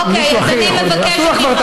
אבל מישהו אחר יכול.